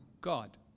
God